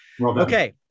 Okay